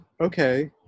okay